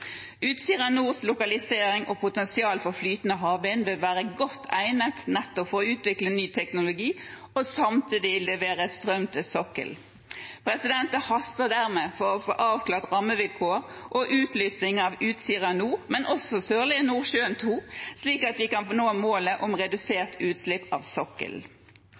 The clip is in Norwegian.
lokalisering og potensial for flytende havvind vil være godt egnet nettopp for å utvikle ny teknologi og samtidig levere strøm til sokkelen. Det haster dermed for å få avklart rammevilkår og utlysing av Utsira Nord, og også Sørlige Nordsjø II, slik at vi kan nå målet om redusert utslipp fra sokkelen,